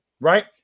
right